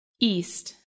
east